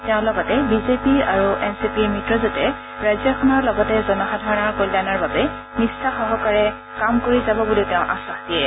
তেওঁ লগতে বিজেপি আৰু এনচিপিৰ মিত্ৰজোঁটে ৰাজ্যখনৰ লগতে জনসাধাৰণৰ কল্যাণৰ হকে নিষ্ঠা সহকাৰে কাম কৰি যাব বুলিও তেওঁ আশ্বাস দিয়ে